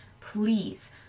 Please